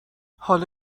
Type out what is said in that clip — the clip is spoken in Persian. حالا